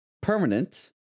Permanent